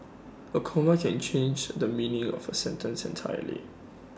A comma can change the meaning of A sentence entirely